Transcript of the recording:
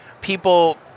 people